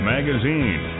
Magazine